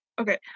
okay